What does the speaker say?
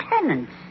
tenants